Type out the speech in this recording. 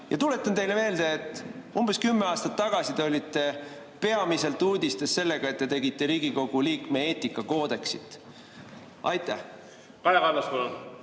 Ja tuletan teile meelde, et umbes kümme aastat tagasi te olite peamiselt uudistes sellega, et te tegite Riigikogu liikme eetikakoodeksit. Aitäh!